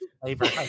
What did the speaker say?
Flavor